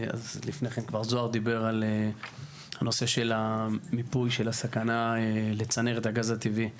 לפני כן כבר זהר דיבר על הנושא של מיפוי הסכנה לצנרת הגז הטבעי בים.